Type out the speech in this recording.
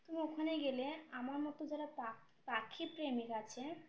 আমি ওখানে গেলে আমার মতো যারা পা পাখি প্রেমী আছে